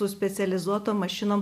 su specializuotom mašinom